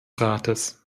rates